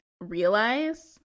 realize